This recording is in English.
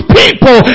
people